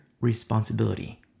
responsibility